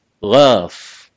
love